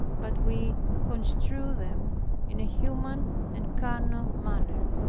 but we construe them in a human and carnal manner.